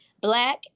black